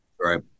Right